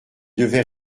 devait